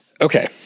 Okay